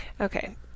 Okay